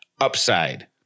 upside